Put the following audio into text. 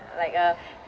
like a